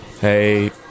hey